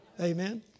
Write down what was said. Amen